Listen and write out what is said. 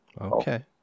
Okay